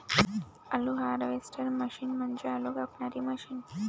आलू harvester machine म्हणजे आलू कापणारी मशीन